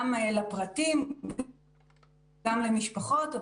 גם לפרטים וגם למשפחות,